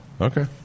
Okay